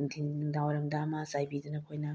ꯅꯨꯡꯊꯤꯟ ꯅꯨꯡꯗꯥꯡꯋꯥꯏꯔꯝꯗ ꯑꯃ ꯆꯥꯏꯕꯤꯗꯨꯅ ꯑꯩꯈꯣꯏꯅ